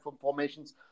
formations